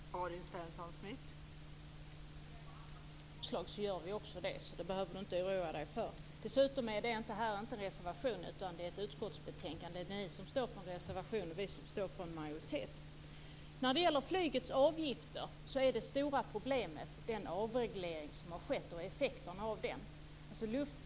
Fru talman! När det gäller andra transportslag gör vi det också, så det behöver Krister Örnfjäder inte oroa sig för. Dessutom är det här inte en reservation, utan det är ett utskottsbetänkande. Det är de som står för en reservation, det är vi som står för en majoritet. När det gäller flygets avgifter är det stora problemet den avreglering som har skett och effekterna av den.